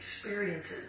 experiences